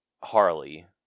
Harley